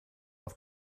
auf